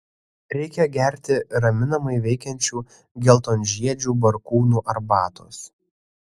reikia gerti raminamai veikiančių geltonžiedžių barkūnų arbatos